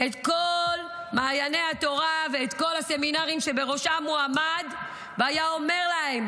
את כל מעייני התורה ואת כל הסמינרים שבראשם הוא עמד והיה אומר להם: